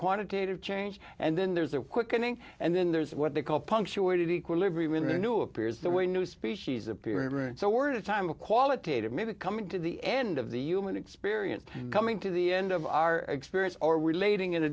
quantitative change and then there's a quickening and then there's what they call punctuated equilibrium in the new appears the way new species appear and so we're at a time of qualitative maybe coming to the end of the human experience coming to the end of our experience or relating in a